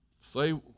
say